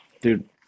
Dude